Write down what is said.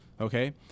okay